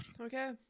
Okay